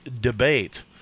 debate